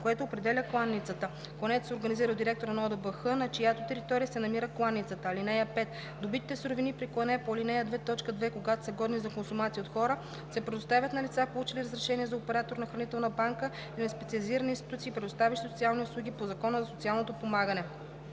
което определя кланицата. Клането се организира от директора на ОДБХ, на чиято територия се намира кланицата. (5) Добитите суровини при клането по ал. 2, т. 2, когато са годни за консумация от хора, се предоставят на лица, получили разрешение за оператор на хранителна банка или на специализирани институции, предоставящи социални услуги по Закона за социално подпомагане.